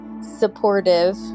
supportive